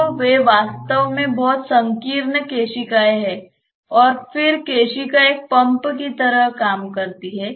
तो वे वास्तव में बहुत संकीर्ण केशिकाएं हैं और फिर केशिका एक पंप की तरह काम करती है